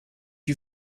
you